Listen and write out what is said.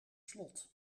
slot